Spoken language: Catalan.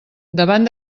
davant